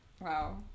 wow